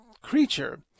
creature